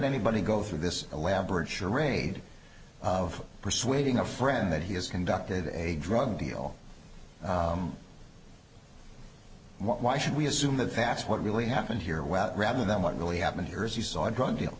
anybody go through this elaborate charade of persuading a friend that he has conducted a drug deal why should we assume the facts what really happened here well rather than what really happened here is you saw a drug deal